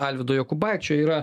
alvydo jokubaičio yra